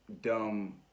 dumb